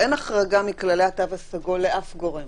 אין החרגה מכללי התו הסגול לאף גורם,